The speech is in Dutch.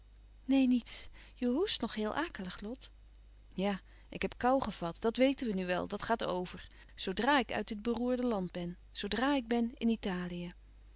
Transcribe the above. neen niets je hoest nog heel akelig lot ja ik heb koû gevat dat weten we nu wel dat gaat over zoodra ik uit dit beroerde land ben zoodra ik ben in italië